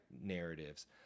narratives